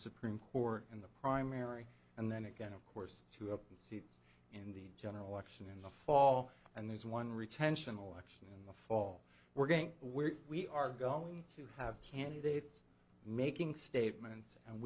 supreme court and the primary and then again of course to have that seat in the general election in the fall and there's one retention election in the fall we're going where we are going to have candidates making statements and